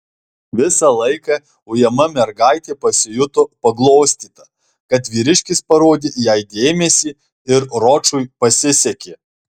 visą laiką ujama mergaitė pasijuto paglostyta kad vyriškis parodė jai dėmesį ir ročui pasisekė